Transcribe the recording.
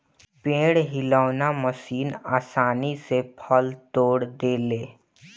पेड़ हिलौना मशीन आसानी से फल तोड़ देले